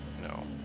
No